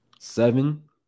Seven